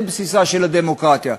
זה בסיסה של הדמוקרטיה.